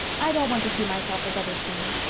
i don't want to see myself as others see me.